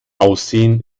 aussehen